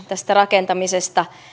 tästä rakentamisesta